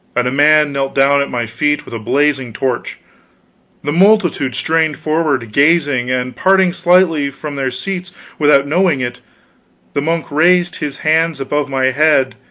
and a man knelt down at my feet with a blazing torch the multitude strained forward, gazing, and parting slightly from their seats without knowing it the monk raised his hands above my head,